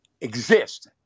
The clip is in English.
exist